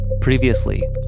Previously